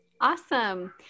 Awesome